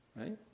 right